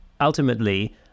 Ultimately